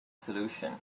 solution